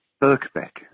Birkbeck